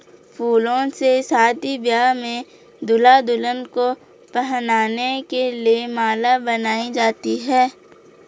फूलों से शादी ब्याह में दूल्हा दुल्हन को पहनाने के लिए माला बनाई जाती है